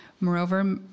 Moreover